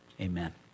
Amen